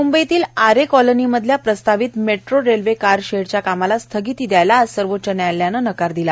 म्ंबईतल्या आरे कॉलनीमधल्या प्रस्तावित मेट्रो रेल्वे कार शेडच्या कामाला स्थगिती दयायला आज सर्वोच्च न्यायालयानं नकार दिला